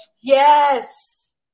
Yes